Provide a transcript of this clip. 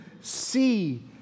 see